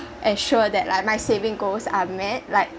ensure that like my saving goals are met like